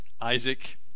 Isaac